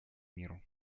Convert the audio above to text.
миру